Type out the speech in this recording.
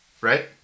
right